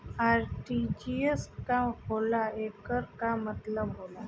RTGS का होला एकर का मतलब होला?